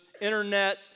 internet